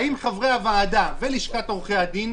האם חברי הועדה ולשכת עורכי הדין